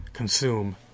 consume